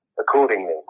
accordingly